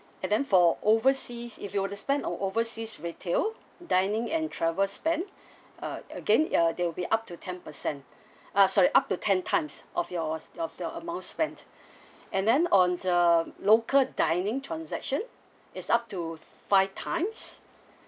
and then for overseas if you will to spend on oversea's retail dining and travel spend uh again uh there will be up to ten percent ah sorry up to ten times of your your your amount spent and then on the local dining transaction it's up to five times